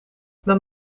mijn